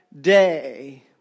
day